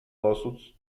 lawsuits